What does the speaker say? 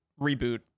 reboot